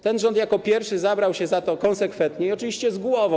Ten rząd jako pierwszy zabrał się za to konsekwentnie i oczywiście z głową.